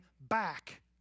back